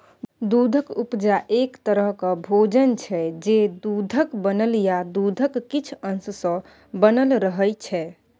दुधक उपजा एक तरहक भोजन छै जे दुधक बनल या दुधक किछ अश सँ बनल रहय छै